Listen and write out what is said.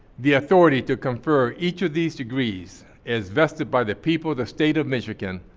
the authority to confer each of these degrees is vested by the people of the state of michigan,